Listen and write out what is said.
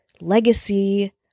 legacy